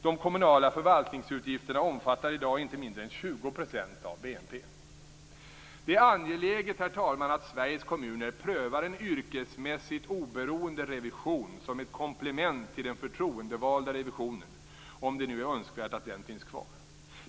De kommunala förvaltningsutgifterna omfattar i dag inte mindre än Det är angeläget, herr talman, att Sveriges kommuner prövar en yrkesmässigt oberoende revision som ett komplement till den förtroendevalda revisionen, om det nu är önskvärt att denna finns kvar.